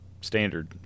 standard